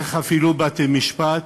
אפילו דרך בתי-משפט,